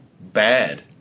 bad